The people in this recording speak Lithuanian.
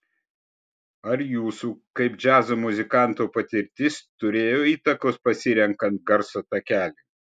ar jūsų kaip džiazo muzikanto patirtis turėjo įtakos pasirenkant garso takelį